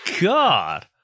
God